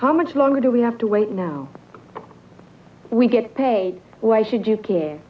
how much longer do we have to wait now we get paid why should you